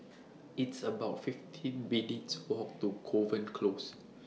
It's about fifteen minutes' Walk to Kovan Close